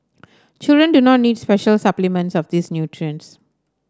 children do not need special supplements of these nutrients